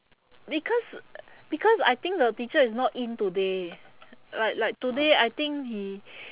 because because I think the teacher is not in today like like today I think he